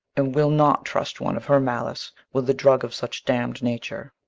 and will not trust one of her malice with a drug of such damn'd nature.